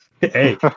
Hey